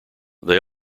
they